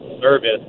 service